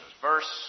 Verse